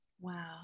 Wow